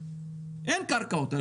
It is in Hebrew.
אין קרקעות יותר,